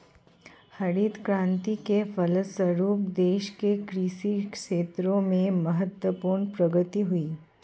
हरित क्रान्ति के फलस्व रूप देश के कृषि क्षेत्र में महत्वपूर्ण प्रगति हुई